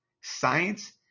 science